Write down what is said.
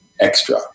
extra